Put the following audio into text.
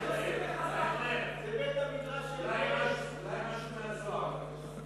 אולי משהו מהזוהר.